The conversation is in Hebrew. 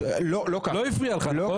לא הפריע לך, נכון?